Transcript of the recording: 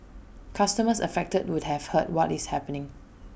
customers affected would have heard what is happening